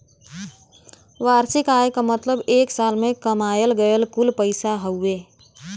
वार्षिक आय क मतलब एक साल में कमायल गयल कुल पैसा हउवे